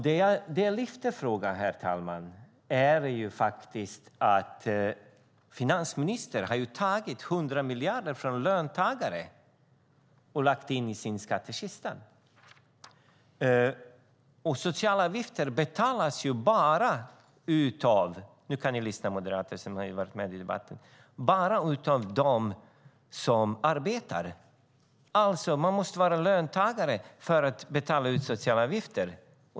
Det jag lyfter i frågan, herr talman, är att finansministern har tagit 100 miljarder från löntagare och lagt in i sin skattkista. Sociala avgifter betalas ju bara av dem - nu kan de moderater lyssna som varit med i debatten - som arbetar. Man måste alltså vara löntagare för att betala sociala avgifter.